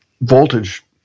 voltage